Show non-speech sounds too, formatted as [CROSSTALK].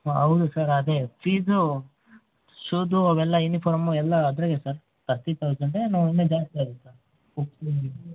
ಹಾಂ ಹೌದು ಸರ್ ಅದೇ ಫೀಝೂ ಶೂದು ಅವೆಲ್ಲ ಯೂನಿಫಾರ್ಮು ಎಲ್ಲ ಅದರಾಗೆ ಸರ್ ತರ್ಟಿ ತೌಝಂಡೇ ಏನು ಇನ್ನೂ ಜಾಸ್ತಿ ಆಗುತ್ತಾ [UNINTELLIGIBLE]